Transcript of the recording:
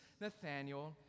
Nathaniel